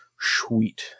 Sweet